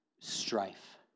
strife